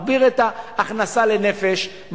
מגדיל את ההכנסה לנפש,